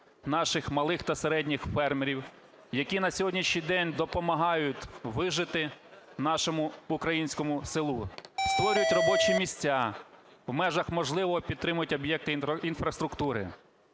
наших малих та середніх фермерів, які на сьогоднішній день допомагають вижити нашому українському селу: створюють робочі місця, в межах можливого, підтримують об'єкти інфраструктури.